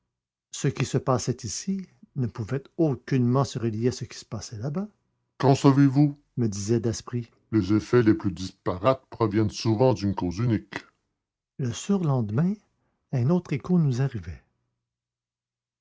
ce qui se passait ici ne pouvait aucunement se relier à ce qui se passait là-bas qu'en savez-vous me disait daspry les effets les plus disparates proviennent souvent d'une cause unique le surlendemain un autre écho nous arrivait